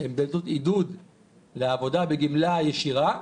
בעידוד לעבודה בגמלה ישירה,